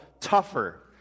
tougher